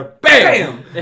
Bam